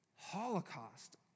Holocaust